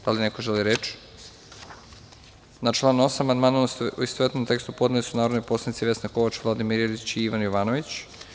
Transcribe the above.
Da li neko želi reč? (Ne) Na član 8. amandman u istovetnom tekstu, podneli su narodni poslanici Vesna Kovač, Vladimir Ilić i Ivan Jovanović.